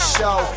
show